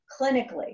clinically